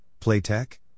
Playtech